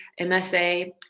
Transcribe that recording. msa